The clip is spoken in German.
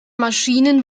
maschinen